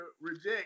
reject